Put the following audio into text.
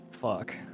Fuck